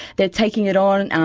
they are taking it on. and um